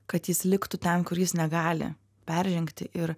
kad jis liktų ten kur jis negali peržengti ir